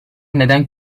neden